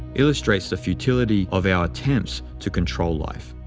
illustrates the futility of our attempts to control life.